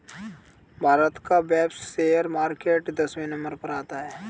भारत का Bombay share market दसवें number पर आता है